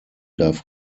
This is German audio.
darf